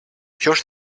ποιος